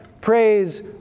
praise